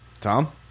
Tom